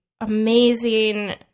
amazing